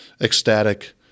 ecstatic